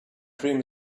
dream